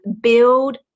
build